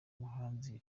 umuhanzi